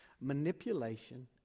manipulation